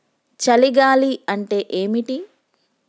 చలి గాలి అంటే ఏమిటి?